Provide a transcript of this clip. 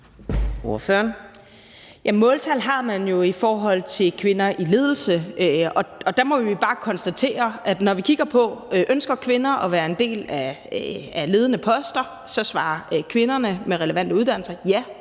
måltal har man jo i forhold til kvinder i ledelse, og der må vi bare konstatere, at når vi kigger på, om kvinder ønsker at have ledende poster, svarer kvinder med relevante uddannelser,